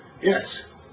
Yes